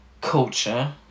culture